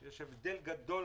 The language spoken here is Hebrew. יש הבדל גדול